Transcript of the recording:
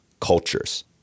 cultures